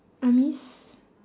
I miss